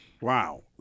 Wow